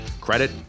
Credit